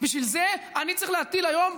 בשביל זה אני צריך להטיל היום,